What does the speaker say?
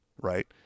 right